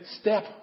step